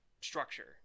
structure